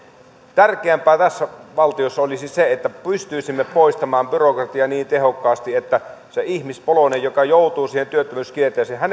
tärkeämpää tässä valtiossa olisi se että pystyisimme poistamaan byrokratiaa niin tehokkaasti että sille ihmispoloiselle joka joutuu siihen työttömyyskierteeseen